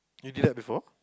you did that before